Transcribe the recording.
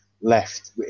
left